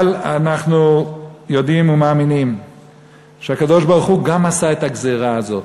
אבל אנחנו יודעים ומאמינים שהקדוש-ברוך-הוא גם עשה את הגזירה הזאת.